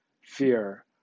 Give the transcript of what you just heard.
fear